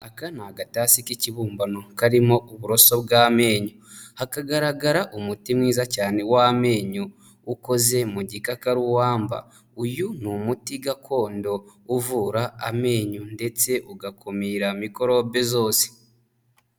Aka ni agatatsi k'ikibumbano karimo uburoso bw'amenyo hakagaragara umuti mwiza cyane w'amenyo ukoze mu gikakarubamba, uyu ni umuti gakondo uvura amenyo ndetse ugakumira mikorobe zose.